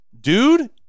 dude